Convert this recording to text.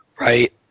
right